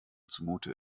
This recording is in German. zumute